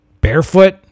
Barefoot